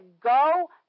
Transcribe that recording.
go